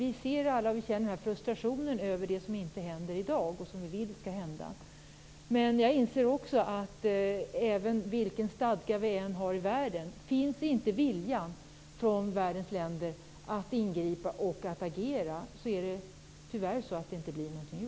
Vi känner alla frustrationen över att det som vi vill skall hända inte händer i dag, men jag inser också att vilken stadga vi än har i världen, blir tyvärr ingenting gjort om det inte finns en vilja från världens länder att ingripa och att agera.